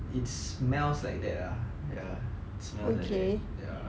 it smells like that lah ya smells like that ya